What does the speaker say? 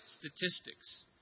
statistics